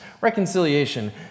Reconciliation